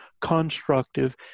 constructive